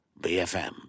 BFM